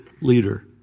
leader